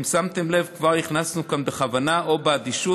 אם שמתם לב, כבר הכנסנו כאן בכוונה או באדישות.